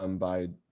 um by,